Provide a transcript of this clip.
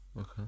Okay